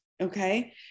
okay